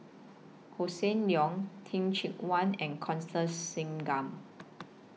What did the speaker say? Hossan Leong Teh Cheang Wan and Constance Singam